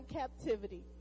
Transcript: captivity